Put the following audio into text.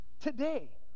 today